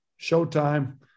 showtime